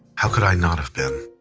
how could i not have been?